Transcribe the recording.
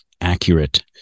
accurate